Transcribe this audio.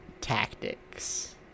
Tactics